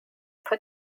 put